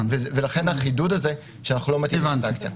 ולכן החידוד זה שאנחנו לא מטילים סנקציה.